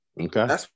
Okay